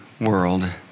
world